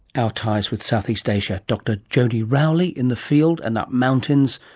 our ties with southeast asia, dr jodi rowley in the field and up mountains,